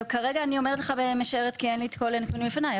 כרגע אני אומרת לך ומשערת כי אין לי את כל הנתונים לפניי,